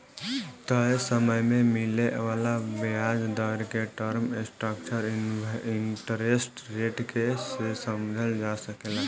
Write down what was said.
तय समय में मिले वाला ब्याज दर के टर्म स्ट्रक्चर इंटरेस्ट रेट के से समझल जा सकेला